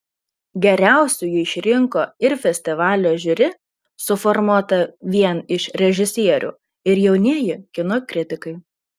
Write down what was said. geriausiu jį išrinko ir festivalio žiuri suformuota vien iš režisierių ir jaunieji kino kritikai